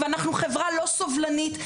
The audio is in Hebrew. ואנחנו חברה לא סובלנית,